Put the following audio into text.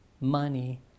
money